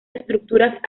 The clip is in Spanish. estructuras